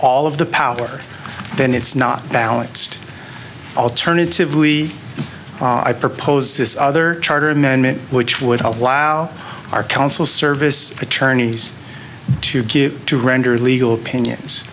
all of the power then it's not balanced alternatively i propose this other charter amendment which would allow our council service attorneys to give to render legal opinions